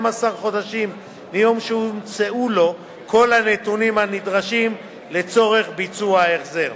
חודשים מיום שהומצאו לו כל הנתונים הנדרשים לצורך ביצוע ההחזר.